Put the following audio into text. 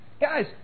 Guys